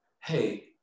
Hey